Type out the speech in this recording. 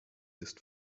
ist